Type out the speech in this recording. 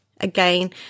again